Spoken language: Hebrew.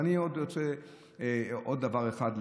אני רוצה להתייחס לעוד דבר אחד,